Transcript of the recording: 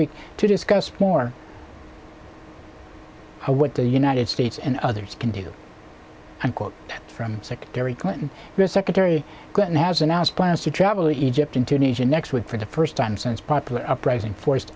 week to discuss more what the united states and others can do and quote from secretary clinton secretary clinton has announced plans to travel to egypt in tunisia next week for the first time since popular uprising forced